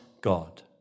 God